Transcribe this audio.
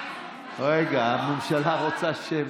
רגע, הממשלה רוצה שמית.